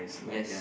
yes